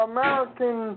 American